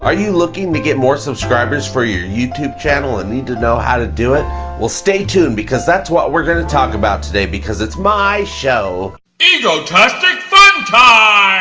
are you looking to get more subscribers for your youtube channel and need to know how to do it well stay tuned because that's what we're going to talk about today because it's my show egotastic from time